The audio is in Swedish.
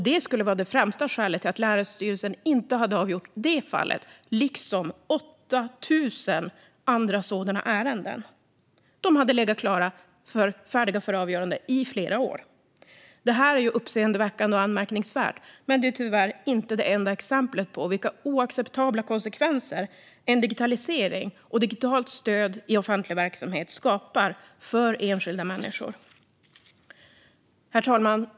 Det var det främsta skälet till att länsstyrelsen inte hade avgjort detta fall liksom 8 000 andra ärenden som i flera år legat färdiga för avgörande. Detta är uppseendeväckande och anmärkningsvärt men tyvärr inte det enda exemplet på vilka oacceptabla konsekvenser en digitalisering och digitalt stöd i offentlig verksamhet skapar för enskilda människor. Herr talman!